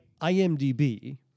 IMDb